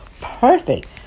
perfect